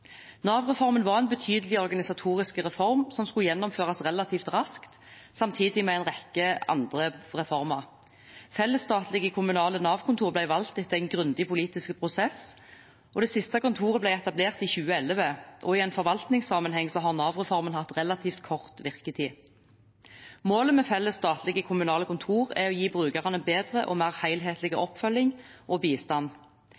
Nav-reformen var en betydelig organisatorisk reform som skulle gjennomføres relativt raskt, samtidig med en rekke andre reformer. Felles statlig-kommunale Nav-kontor ble valgt etter en grundig politisk prosess. Det siste kontoret ble etablert i 2011, og i forvaltningssammenheng har Nav-reformen hatt relativt kort virketid. Målet med felles statlige-kommunale kontor er å gi brukerne bedre og mer